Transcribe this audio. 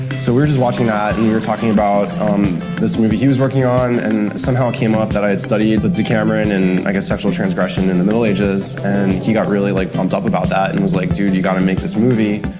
so we were just watching ah that, and we were talking about um this movie he was working on, and somehow it came up that i had studied the but decameron, and i guess sexual transgression in the middle ages, and he got really, like, pumped up about that, and was like, dude, you gotta make this movie.